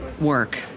work